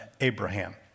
Abraham